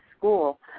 school